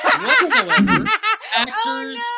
whatsoever—actors